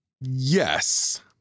Yes